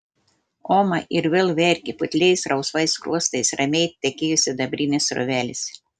oma ir vėl verkė putliais rausvais skruostais ramiai tekėjo sidabrinės srovelės